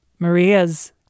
Maria's